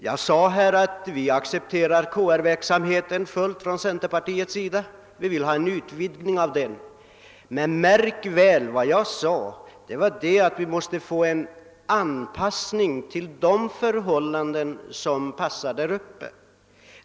Jag framhöll att centerpartiet accepterar KR-verksamheten helt och hållet och att vi önskar en utvidgning av den, men märk väl att jag sade att det måste ske en anpassning till förhållandena där uppe.